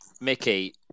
Mickey